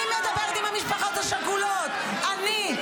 אני מדברת עם המשפחות השכולות, אני.